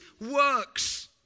works